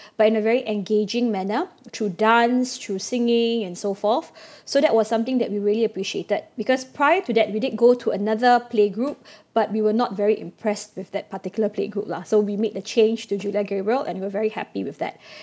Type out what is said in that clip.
but in a very engaging manner through dance through singing and so forth so that was something that we really appreciated because prior to that we did go to another playgroup but we were not very impressed with that particular playgroup lah so we made a change to julia gabriel and we were very happy with that